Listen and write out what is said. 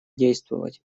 действовать